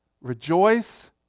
rejoice